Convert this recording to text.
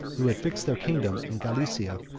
who had fixed their kingdom in gallicia,